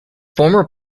former